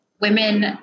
women